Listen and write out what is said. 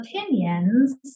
opinions